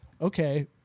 okay